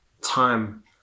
Time